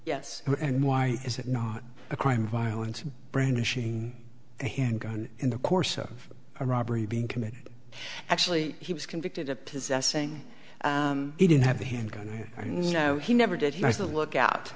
yes and why is it not a crime violence brandishing a handgun in the course of a robbery being committed actually he was convicted of possessing he didn't have a handgun and you know he never did he was a lookout